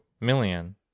million